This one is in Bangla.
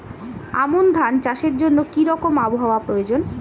আমন ধান চাষের জন্য কি রকম আবহাওয়া প্রয়োজন?